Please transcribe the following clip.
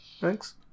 Thanks